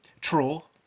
troll